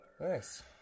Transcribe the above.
Nice